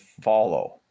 follow